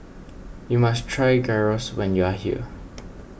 you must try Gyros when you are here